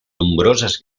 nombroses